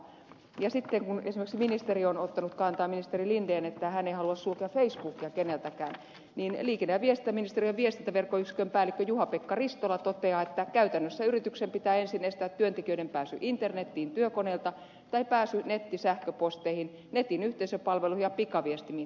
ja sitten kun esimerkiksi ministeri linden on ottanut kannan että hän ei halua sulkea facebookia keneltäkään niin liikenne ja viestintäministeriön viestintäverkkoyksikön päällikkö juhapekka ristola toteaa että käytännössä yrityksen pitää ensin estää työntekijöiden pääsy internetiin työkoneilta tai pääsy nettisähköposteihin netin yhteisöpalveluihin ja pikaviestimiin